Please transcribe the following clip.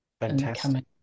Fantastic